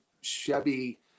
Chevy